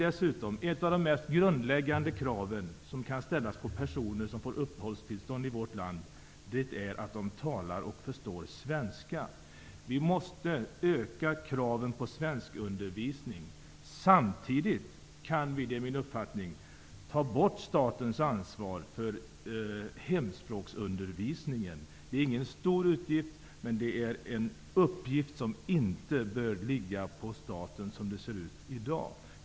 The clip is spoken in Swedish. Ett av de mest grundläggande krav som kan ställas på personer som får uppehållstillstånd i vårt land är att de talar och förstår svenska. Vi måste öka kraven på svenskundervisning. Samtidigt kan vi -- det är min uppfattning -- ta bort statens ansvar för hemspråksundervisningen. Det är ingen stor utgift, men det är en uppgift som inte bör ligga på staten som det ser ut i dag.